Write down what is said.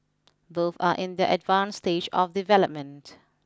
both are in their advanced stage of development